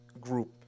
group